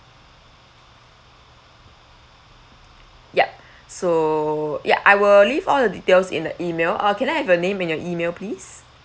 yup so ya I will leave all the details in the email uh can I have your name and your email please